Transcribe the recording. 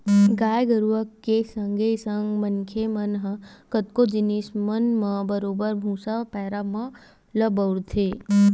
गाय गरुवा के संगे संग मनखे मन ह कतको जिनिस मन म बरोबर भुसा, पैरा मन ल बउरथे